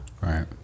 Right